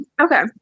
Okay